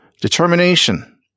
Determination